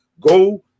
Go